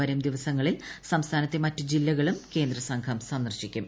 വരും ദിവസങ്ങളിൽ സംസ്ഥാനത്തെ മറ്റു ജില്ലകളും കേന്ദ്രസംഘം സന്ദർശിക്കും